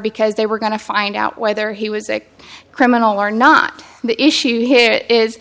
because they were going to find out whether he was a criminal or not the issue here is